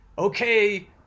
okay